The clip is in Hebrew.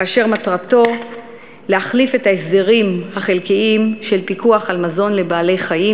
אשר מטרתו להחליף את ההסדרים החלקיים של פיקוח על מזון לבעלי-חיים,